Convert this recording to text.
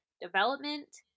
development